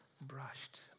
brushed